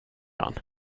han